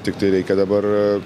tiktai reikia dabar